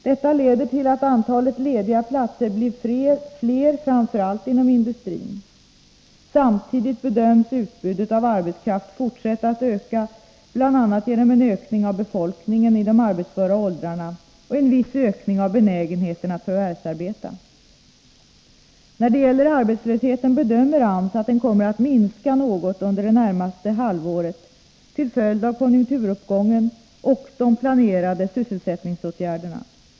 Detta leder till att antalet lediga platser blir fler framför allt inom industrin. Samtidigt bedöms utbudet av arbetskraft fortsätta att öka, bl.a. genom en ökning av befolkningen i de arbetsföra åldrarna och en viss ökning av benägenheten att förvärvsarbeta. När det gäller arbetslösheten bedömer AMS att den kommer att minska något under det närmaste halvåret till följd av konjunkturuppgången och de planerade sysselsättningsåtgärderna.